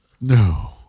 No